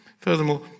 Furthermore